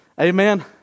Amen